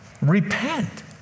Repent